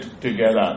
together